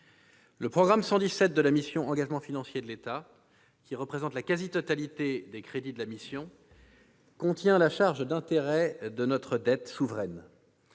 Le programme 117 de la mission « Engagements financiers de l'État », qui représente la quasi-totalité des crédits de la mission, contient la charge d'intérêts de notre dette souveraine.